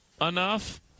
enough